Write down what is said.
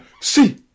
See